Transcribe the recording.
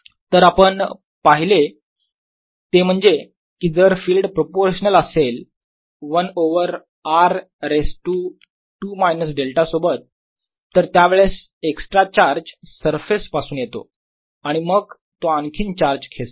तर आपण पाहिले ते म्हणजे की जर फिल्ड प्रोपोर्शनल असेल 1 over r raise to 2 minus delta सोबत तर त्यावेळेस एक्स्ट्रा चार्ज सरफेस पासून येतो आणि मग तो आणखीन चार्ज खेचतो